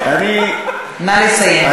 נא לסיים.